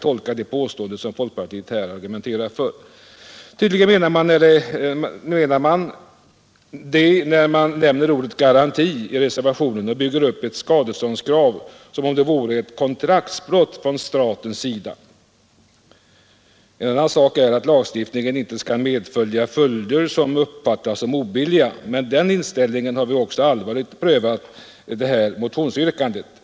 Tydligen menar man det när man nämner ordet garanti i reservationen och bygger upp ett skadeståndskrav som om det gällde ett kontraktsbrott från statens sida. En annan sak är att lagstiftningen inte skall medföra följder som uppfattas som obilliga. Med den inställningen har vi också allvarligt prövat det här motionsyrkandet.